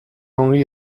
ongi